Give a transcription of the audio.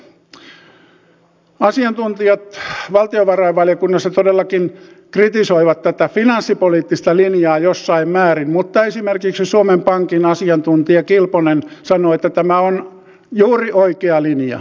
asiantuntijat valtiovarainvaliokunnassa todellakin kritisoivat tätä finanssipoliittista linjaa jossain määrin mutta esimerkiksi suomen pankin asiantuntija kilponen sanoi että tämä on juuri oikea linja